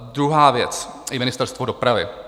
Druhá věc je Ministerstvo dopravy.